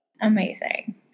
amazing